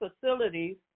facilities